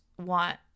want